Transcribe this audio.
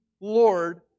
Lord